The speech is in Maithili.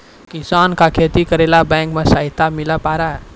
किसान का खेती करेला बैंक से सहायता मिला पारा?